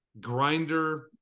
grinder